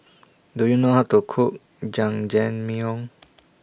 Do YOU know How to Cook Jajangmyeon